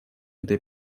этой